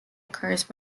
occurs